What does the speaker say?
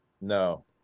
No